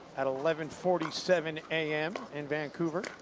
at eleven forty seven a m. in vancouver.